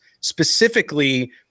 specifically –